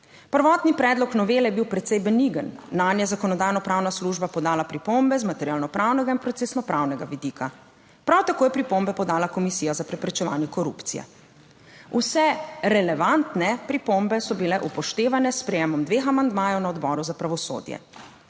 Prvotni predlog novele je bil precej benigen. Nanj je Zakonodajno-pravna služba podala pripombe z materialno pravnega in procesno pravnega vidika, prav tako je pripombe podala Komisija za preprečevanje korupcije. Vse relevantne pripombe so bile upoštevane s sprejemom dveh amandmajev na Odboru za pravosodje.